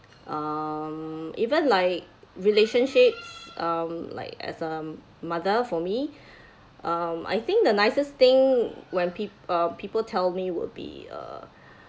um even like relationships um like as a mother for me um I think the nicest thing when peo~ uh people tell me would be uh